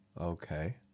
Okay